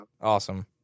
Awesome